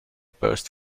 burst